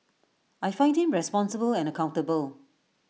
I find him responsible and accountable